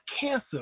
cancer